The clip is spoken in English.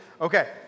Okay